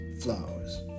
flowers